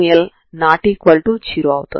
ఇది మీ తలం అవుతుంది